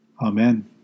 Amen